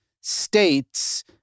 states